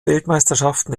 weltmeisterschaften